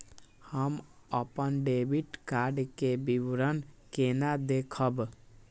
हम अपन debit card के विवरण केना देखब?